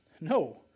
No